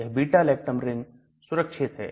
यह beta lactam ring सुरक्षित है